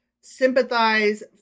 sympathize